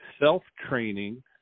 self-training